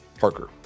Parker